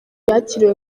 yakiriwe